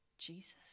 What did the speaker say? jesus